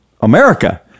america